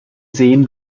sehen